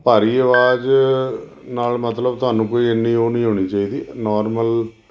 ਭਾਰੀ ਆਵਾਜ਼ ਨਾਲ ਮਤਲਬ ਤੁਹਾਨੂੰ ਕੋਈ ਇੰਨੀ ਉਹ ਨਹੀਂ ਹੋਣੀ ਚਾਹੀਦੀ ਨੋਰਮਲ